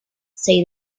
said